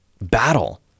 battle